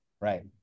right